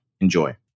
Enjoy